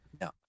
No